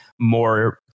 more